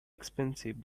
expensive